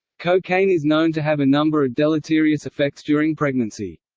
cocaine is known to have a number of deleterious effects during pregnancy.